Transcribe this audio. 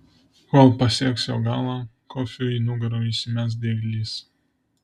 kol pasieks jo galą kofiui į nugarą įsimes dieglys